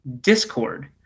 discord